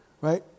right